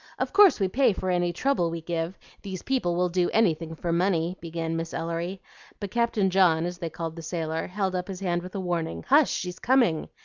of course we pay for any trouble we give these people will do anything for money, began miss ellery but captain john, as they called the sailor, held up his hand with a warning, hush! she's coming,